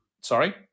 Sorry